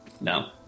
No